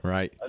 Right